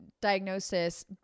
diagnosis